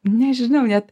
nežinau net